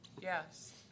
Yes